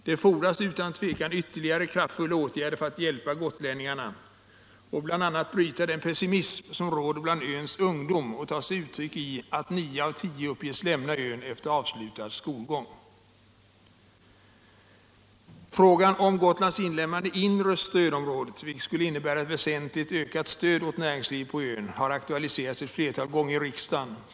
Det fordras utan tvivel ytterligare, kraftfulla åtgärder för att hjälpa gotlänningarna och bl.a. bryta den pessimism som råder bland öns ungdom och exempelvis tar sig uttryck i att nio av tio uppges lämna ön efter avslutad skolgång. Frågan om Gotlands inlemmande i inre stödområdet, vilket skulle innebära ett väsentligt ökat stöd åt näringslivet på ön, har aktualiserats ett flertal gånger i riksdagen.